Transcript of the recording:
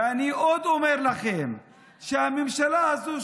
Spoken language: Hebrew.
ואני עוד אומר לכם שהממשלה הזו,